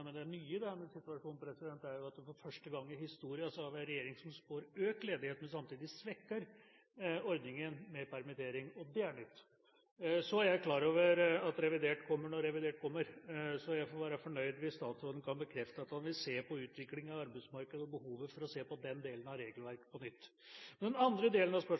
Men det nye i denne situasjonen er jo at vi for første gang i historien har en regjering som spår økt ledighet, men samtidig svekker ordningen med permittering, og det er nytt. Jeg er klar over at revidert kommer når revidert kommer, så jeg får være fornøyd hvis statsråden kan bekrefte at han vil se på utviklinga i arbeidsmarkedet og behovet for å se på den delen av regelverket på nytt. Den andre delen av